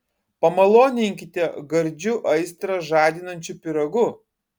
pamaloninkite gardžiu aistrą žadinančiu pyragu